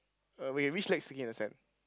uh wait which leg is sticking in the sand